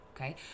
okay